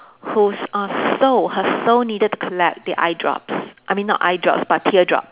who's uh soul her soul needed to collect the eye drops I mean not eye drops but teardrops